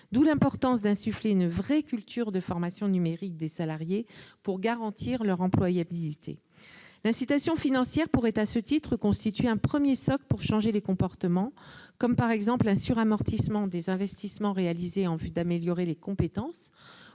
d'où l'importance d'insuffler une vraie culture de formation numérique des salariés pour garantir leur employabilité. L'incitation financière pourrait à ce titre constituer un premier socle pour changer les comportements, par exemple par la création d'un suramortissement des investissements réalisés en vue d'améliorer les compétences,